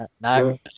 no